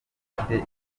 bafite